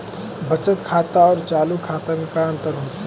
बचत खाता और चालु खाता में का अंतर होव हइ?